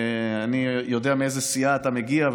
אני יודע מאיזו סיעה אתה מגיע,